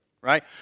right